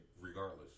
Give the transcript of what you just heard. regardless